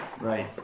Right